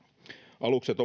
alukset